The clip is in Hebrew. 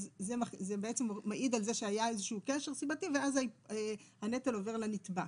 זה בעצם מעיד שהיה איזה שהוא קשר סיבתי ואז הנטל עובר לנתבע.